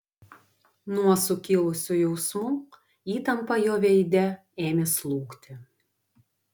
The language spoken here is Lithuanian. nuo sukilusių jausmų įtampa jo veide ėmė slūgti